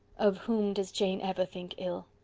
of whom does jane ever think ill?